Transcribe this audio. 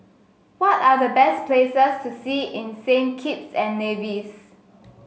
what are the best places to see in Saint Kitts and Nevis